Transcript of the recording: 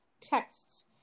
texts